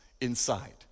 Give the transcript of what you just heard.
inside